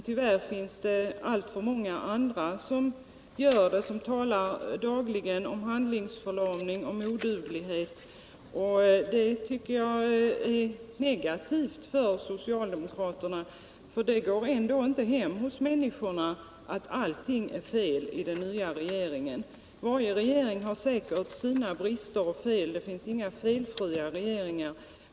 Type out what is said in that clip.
Tyvärr finns det många andra, som dagligen talar om handlingsförlamning och oduglighet. Sådana uttalanden är någonting negativt för socialdemokraterna, ty påståenden om att allting är fel hos den nya regeringen går ändå inte hem hos människorna. Varje regering har sina brister och fel, för det finns inga felfria regeringar.